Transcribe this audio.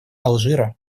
алжира